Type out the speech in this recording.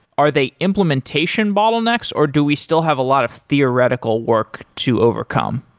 are they implementation bottlenecks, or do we still have a lot of theoretical work to overcome?